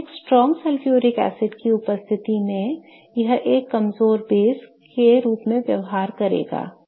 तो एक strong sulphuric acid की उपस्थिति में यह एक कमजोर बेस के रूप में व्यवहार करेगा